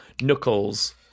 Knuckles